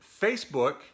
Facebook